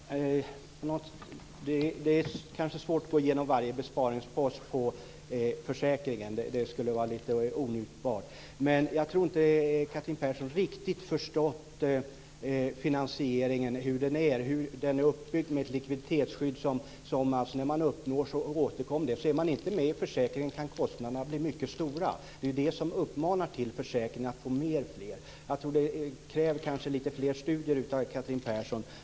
Herr talman! Det är kanske svårt att gå igenom varje besparingspost i fråga om försäkringen. Det skulle vara lite onjutbart. Men jag tror inte att Catherine Persson riktigt har förstått hur finansieringen är uppbyggd med det här likviditetsskyddet som man uppnår. Är man inte med i försäkringen kan kostnaderna bli mycket stora. Det är det som uppmanar till att man kan få med fler. Jag tror att det här kanske kräver lite mer studier från Catherine Perssons sida.